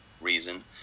reason